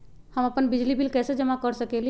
हम अपन बिजली बिल कैसे जमा कर सकेली?